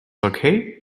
okay